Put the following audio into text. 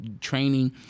training